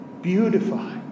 Beautify